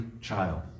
child